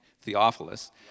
Theophilus